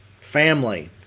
family